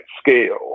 scale